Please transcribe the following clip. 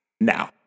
Now